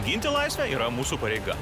ginti laisvę yra mūsų pareiga